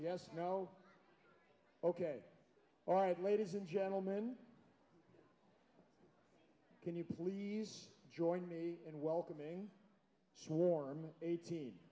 yes no ok all right ladies and gentlemen can you please join me in welcoming swarm eighteen